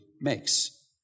makes